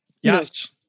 Yes